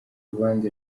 rubanza